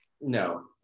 no